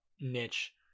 niche